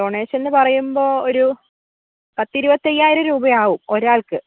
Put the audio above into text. donation എന്ന് പറയുമ്പോൾ ഒരു പത്ത് ഇരുപത്തി അയ്യായിരം രൂപയാവും ഒരാൾക്ക്